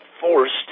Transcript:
forced